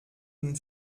den